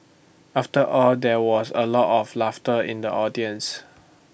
after all there was A lot of laughter in the audience